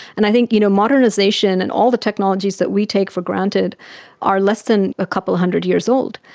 and i think you know modernisation and all the technologies that we take for granted are less than a couple of hundred years old.